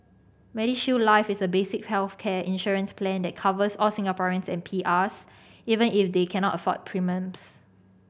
MediShield Life is a basic healthcare insurance plan that covers all Singaporeans and PRs even if they cannot afford premiums